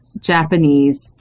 japanese